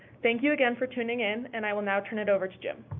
thank you again for tuning in, and i will now turn it over to jim.